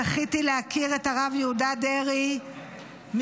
זכיתי להכיר את הרב יהודה דרעי מקרוב,